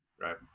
right